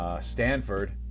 Stanford